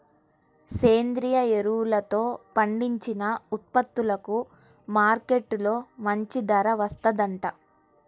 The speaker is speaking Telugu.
సేంద్రియ ఎరువులతో పండించిన ఉత్పత్తులకు మార్కెట్టులో మంచి ధర వత్తందంట